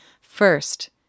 First